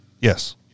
Yes